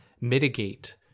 mitigate